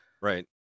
Right